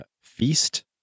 Feast